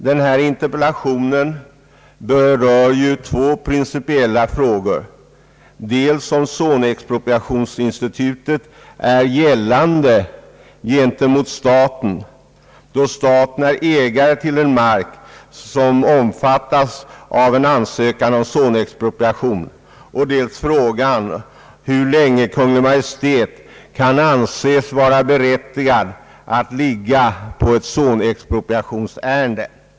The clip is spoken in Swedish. Denna interpellation berör två principiella frågor: dels huruvida zonexpropriationsinstitutet är gällande gentemot staten då staten är ägare till mark som omfattas av en ansökan om zonexpropriation, dels hur länge Kungl. Maj:t kan anses vara berättigad att ligga på ett zonexpropriationsärende.